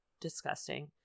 disgusting